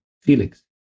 Felix